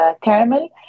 caramel